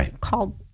called